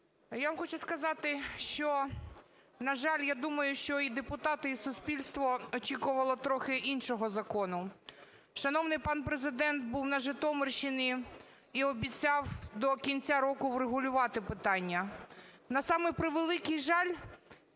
Я вам хочу сказати, що, на жаль, я думаю, що і депутати, і суспільство очікувало трохи іншого закону. Шановний пан Президент був на Житомирщині і обіцяв до кінця року врегулювати питання. На самий превеликий жаль,